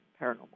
paranormal